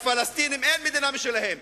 לפלסטינים אין מדינה משלהם,